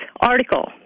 article